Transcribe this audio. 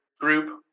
group